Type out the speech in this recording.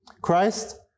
Christ